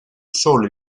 solo